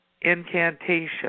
incantation